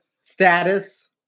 Status